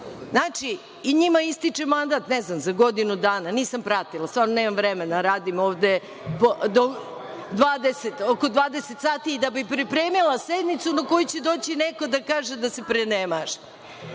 Znači, i njima ističe mandat, ne znam za godinu dana, nisam pratila, stvarno nemam vremena, radim ovde oko 20 sati da bi pripremila sednicu na kojoj će doći neko da kaže da se prenemažem.